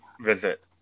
visit